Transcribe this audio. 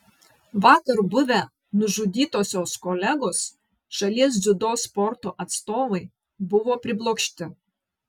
vakar buvę nužudytosios kolegos šalies dziudo sporto atstovai buvo priblokšti